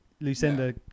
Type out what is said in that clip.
Lucinda